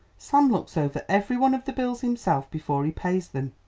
sam looks over every one of the bills himself before he pays them.